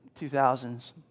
2000s